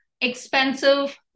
expensive